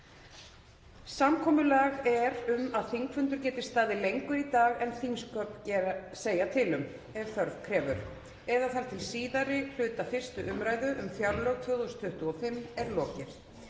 Samkomulag er um að þingfundur geti staðið lengur í dag en þingsköp segja til um, ef þörf krefur, eða þar til síðari hluta 1. umræðu um fjárlög 2025 er lokið.